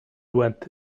went